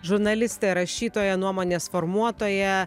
žurnalistė rašytoja nuomonės formuotoja